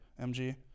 MG